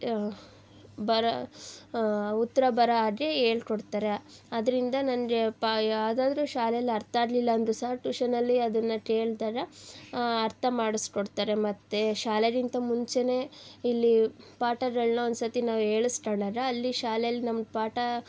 ಬರ ಉತ್ತರ ಬರೋ ಹಾಗೆ ಹೇಳ್ಕೊಡ್ತರೆ ಅದರಿಂದ ನನಗೆ ಪ ಯಾವುದಾದ್ರು ಶಾಲೆಯಲ್ಲಿ ಅರ್ಥ ಆಗಲಿಲ್ಲ ಅಂದರೂ ಸಹ ಟೂಶನಲ್ಲಿ ಅದನ್ನು ಕೇಳ್ದಾಗ ಅರ್ಥ ಮಾಡಿಸ್ಕೊಡ್ತರೆ ಮತ್ತು ಶಾಲೆಗಿಂತ ಮುಂಚೆಯೇ ಇಲ್ಲಿ ಪಾಠಗಳನ್ನ ಒಂದು ಸರ್ತಿ ನಾವು ಹೇಳಿಸ್ಕೊಂಡಾರ ಅಲ್ಲಿ ಶಾಲೆಲಿ ನಮ್ಗೆ ಪಾಠ